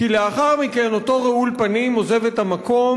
כי לאחר מכן אותו רעול פנים עוזב את המקום